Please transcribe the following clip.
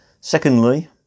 Secondly